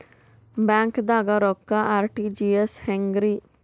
ಬ್ಯಾಂಕ್ದಾಗ ರೊಕ್ಕ ಆರ್.ಟಿ.ಜಿ.ಎಸ್ ಹೆಂಗ್ರಿ?